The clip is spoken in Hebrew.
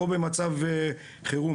או במצב חירום.